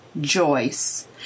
Joyce